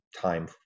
time